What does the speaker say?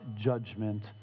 judgment